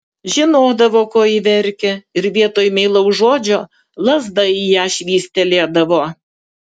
žinodavo ko ji verkia ir vietoj meilaus žodžio lazda į ją švystelėdavo